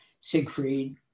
Siegfried